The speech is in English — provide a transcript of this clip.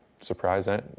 surprise